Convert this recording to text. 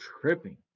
tripping